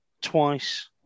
twice